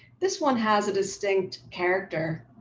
this one has a distinct character,